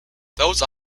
those